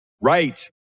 Right